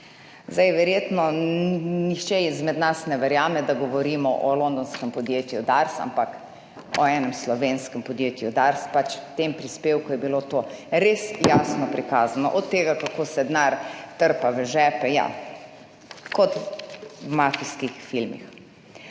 Zdaj verjetno nihče izmed nas ne verjame, da govorimo o londonskem podjetju DARS, ampak o enem slovenskem podjetju DARS, pač v tem prispevku je bilo to res jasno prikazano, od tega kako se denar trpa v žepe, ja, kot v mafijskih filmih.